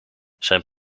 zijn